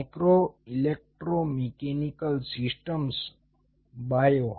micro electromechanical systems bio